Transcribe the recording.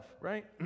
right